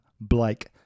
blake